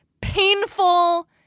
painful